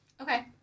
Okay